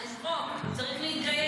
יש חוק, צריך להתגייס.